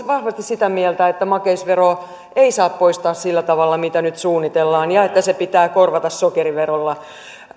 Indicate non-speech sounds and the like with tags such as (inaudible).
(unintelligible) vahvasti sitä mieltä että makeisveroa ei saa poistaa sillä tavalla mitä nyt suunnitellaan ja että se pitää korvata sokeriverolla